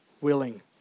willing